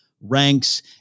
ranks